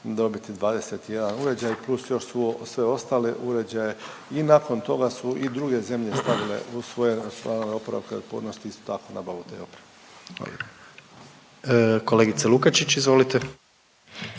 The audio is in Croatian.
dobiti 21 uređaj plus još sve ostale uređaje. I nakon toga su i druge zemlje stavile u svoje oporavke i otpornosti isto tako nabavu te opreme. Hvala. **Jandroković,